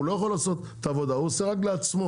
הוא לא יכול לעשות את העבודה, הוא עושה רק לעצמו,